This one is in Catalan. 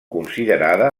considerada